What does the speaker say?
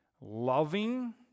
loving